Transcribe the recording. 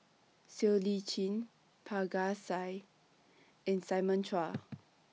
Siow Lee Chin Parga Singh and Simon Chua